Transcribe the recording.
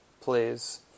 please